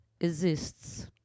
exists